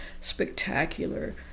spectacular